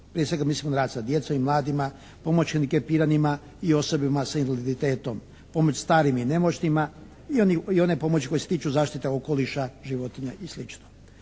Prije svega mislim na rad sa djecom i mladima, pomoć hendikepiranima i osobama sa invaliditetom, pomoć starim i nemoćnima i one pomoći koje se tiču zaštite okoliša, životinja i